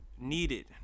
Needed